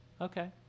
Okay